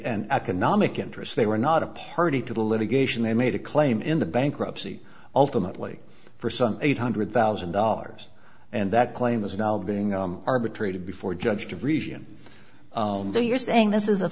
economic interest they were not a party to the litigation they made a claim in the bankruptcy ultimately for some eight hundred thousand dollars and that claim is now being arbitrated before judge division you're saying this is a